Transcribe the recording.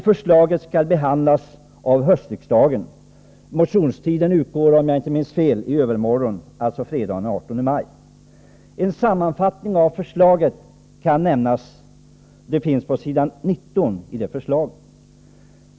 Förslaget skall behandlas av höstriksdagen. Motionstiden utgår, om jag inte minns fel, i övermorgon, alltså fredagen den 18 maj. En sammanfattning av förslaget finns på s. 19.